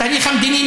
התהליך המדיני,